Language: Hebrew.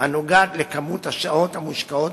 הנוגעת לכמות השעות המושקעות